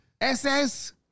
SS